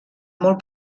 molt